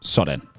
Sådan